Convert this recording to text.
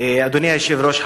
אדוני היושב-ראש,